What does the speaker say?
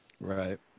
Right